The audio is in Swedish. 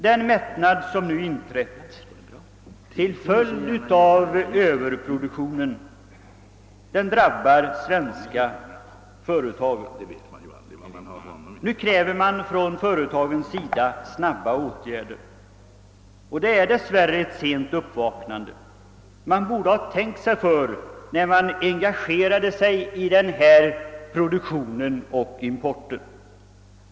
Den mättnad som nu inträtt till följd av överproduktionen drabbar de svenska företagen. Nu kräver man från företagens sida snabba åtgärder. Det är dess värre ett sent uppvaknande. Man borde ha tänkt sig för när man engagerade sig i den här produktionen och importen.